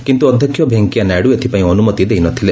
କିନ୍ତୁ ଅଧ୍ୟକ୍ଷ ଭେଙ୍କେୟା ନାଇଡୁ ଏଥିପାଇଁ ଅନୁମତି ଦେଇ ନଥିଲେ